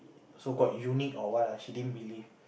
so called unique or what she didn't believe